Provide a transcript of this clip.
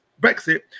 Brexit